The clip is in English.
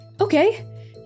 Okay